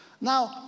Now